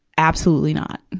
absolutely not.